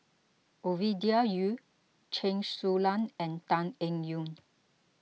Ovidia Yu Chen Su Lan and Tan Eng Yoon